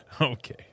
Okay